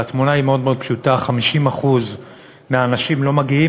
והתמונה היא מאוד מאוד פשוטה: 50% מהאנשים לא מגיעים